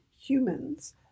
humans